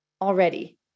already